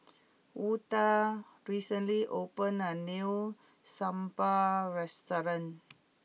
Hulda recently opened a new Sambal restaurant